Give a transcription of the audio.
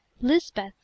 Lisbeth